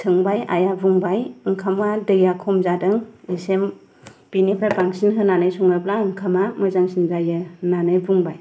सोंबाय आइया बुंबाय ओंखामा दैया खम जादों इसे बिनिफ्राय बांसिन होनानै सङोब्ला ओंखामा मोजांसिन जायो होननानै बुंबाय